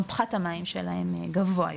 גם פחת המים שלהם גבוה יותר.